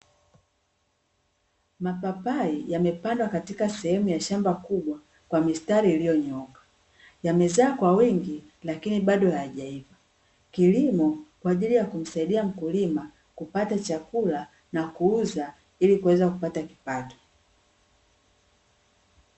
Mapapai yamepandwa katika sehemu ya shamba kubwa kwa mistari iliyonyooka, yamezaa kwa wingi lakini bado hajaiva. Kilimo kwaajili ya kumsaidia mkulima kupata chakula, na kuuza ili kuweza kupata kipato.